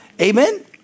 Amen